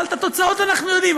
אבל את התוצאות אנחנו יודעים.